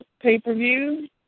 pay-per-view